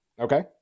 Okay